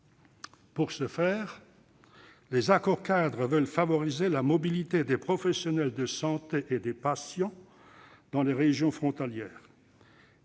Pour ce faire, les accords-cadres veulent favoriser la mobilité des professionnels de santé et des patients dans les régions frontalières